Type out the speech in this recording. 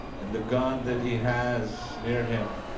and the gun that he has near him